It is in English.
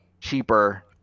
cheaper